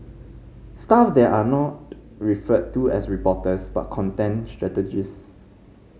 staff there are not referred to as reporters but content strategist